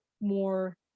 more